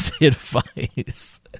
advice